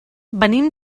venim